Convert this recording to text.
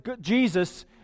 Jesus